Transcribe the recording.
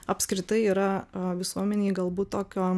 apskritai yra visuomenėj galbūt tokio